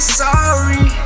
sorry